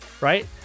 right